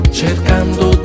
cercando